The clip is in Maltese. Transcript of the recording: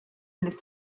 lis